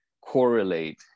correlate